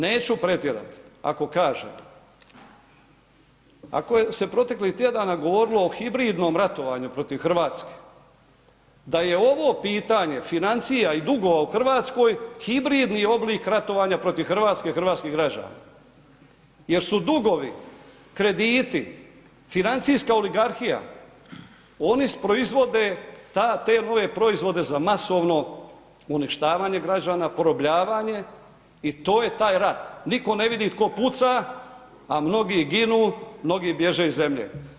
Neću pretjerati ako kažem, ako je se proteklih tjedana govorilo o hibridnom ratovanju protiv RH, da je ovo pitanje financija i dugova u RH hibridni oblik ratovanja protiv RH i hrvatskih građana jer su dugovi, krediti, financijska oligarhija, oni proizvode te nove proizvode za masovno uništavanje građana, porobljavanje i to je taj rat, nitko ne vidi tko puca, a mnogi ginu, mnogi bježe iz zemlje.